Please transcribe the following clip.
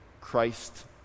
Christ